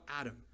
Adam